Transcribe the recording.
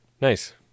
Nice